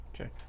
Okay